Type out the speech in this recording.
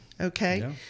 Okay